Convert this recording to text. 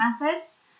methods